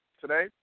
today